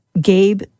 Gabe